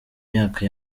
myaka